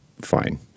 fine